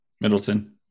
Middleton